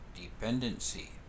dependency